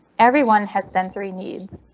everyone has sensory needs.